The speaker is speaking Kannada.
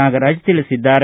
ನಾಗರಾಜ್ ತಿಳಿಸಿದ್ದಾರೆ